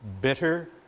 bitter